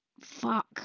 fuck